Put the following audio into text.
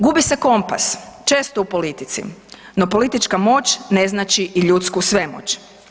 Gubi se kompas, često u politici, no politička moć ne znači i ljudsku svemoć.